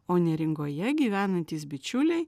o neringoje gyvenantys bičiuliai